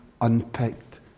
unpicked